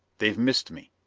they've missed me!